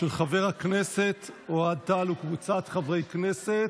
של חבר הכנסת אוהד טל וקבוצת חברי הכנסת,